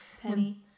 Penny